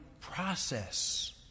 process